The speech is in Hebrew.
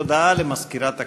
הודעה למזכירת הכנסת.